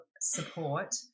support